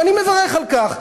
ואני מברך על כך,